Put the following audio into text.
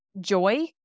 joy